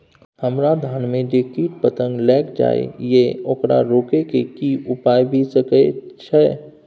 हमरा धान में जे कीट पतंग लैग जाय ये ओकरा रोके के कि उपाय भी सके छै?